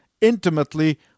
intimately